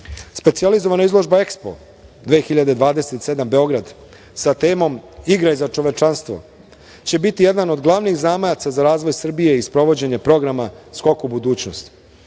„Radnički“.Specijalizovana izložba EXPO 2027 Beograd sa temom – igraj za čovečanstvo će biti jedan od glavnih zamajaca za razvoj Srbije i sprovođenje programa „Skok u budućnost“.